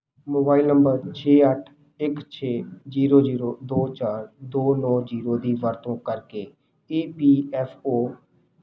mobile number ਛੇ ਅੱਠ ਇੱਕ ਛੇ ਜ਼ੀਰੋ ਜ਼ੀਰੋ ਦੋ ਚਾਰ ਦੋ ਨੌਂ ਜ਼ੀਰੋ ਦੀ ਵਰਤੋਂ ਕਰਕੇ ਈ ਪੀ ਐੱਫ ਓ